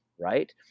right